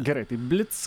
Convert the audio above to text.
gerai tai blitz